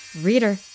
Reader